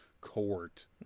court